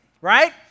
Right